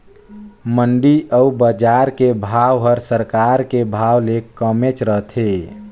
मंडी अउ बजार के भाव हर सरकार के भाव ले कमेच रथे